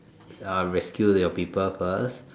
uh rescue your people first